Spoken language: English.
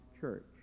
church